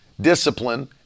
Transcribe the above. discipline